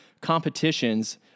competitions